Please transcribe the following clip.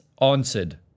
answered